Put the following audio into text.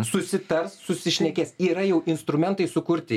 susitars susišnekės yra jau instrumentai sukurti